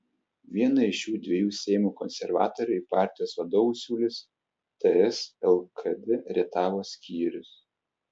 vieną iš šių dviejų seimo konservatorių į partijos vadovus siūlys ts lkd rietavo skyrius